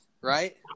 right